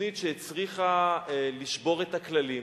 תוכנית שהצריכה לשבור את הכללים,